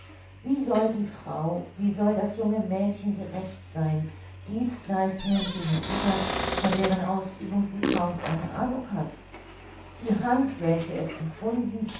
wie soll die frau wie soll das junge mädchen gerecht sein dienstleistungen gegenüber von deren ausübung sie kaum eine ahnung hat die hand welche es empfunden